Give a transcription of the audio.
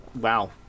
Wow